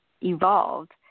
evolved